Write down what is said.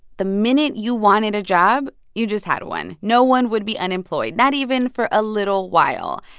the minute you wanted a job, you just had one. no one would be unemployed not even for a little while.